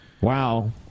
Wow